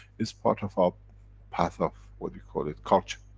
is part of our path of, what we call it, culture.